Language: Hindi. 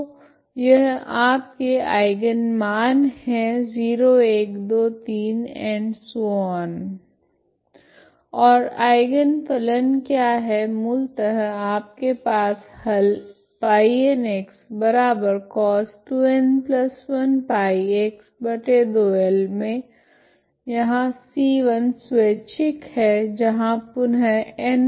तो यह आपके आइगन मान है0123 ओर आइगन फलन क्या है मूलतः आपके पास हल मे यहाँ c1 स्वेच्छिक है जहां पुनः n012